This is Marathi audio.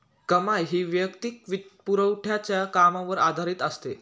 कमाई ही वैयक्तिक वित्तपुरवठ्याच्या कामावर आधारित असते